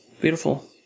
beautiful